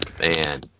Man